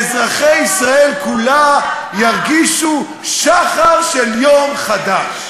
ואזרחי ישראל כולה ירגישו שחר של יום חדש.